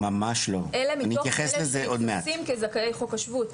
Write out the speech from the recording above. אלה זכאי חוק השבות.